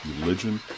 religion